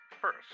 First